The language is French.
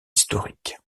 historiques